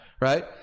Right